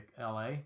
LA